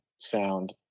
sound